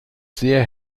sehr